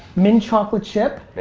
mint chocolate chip,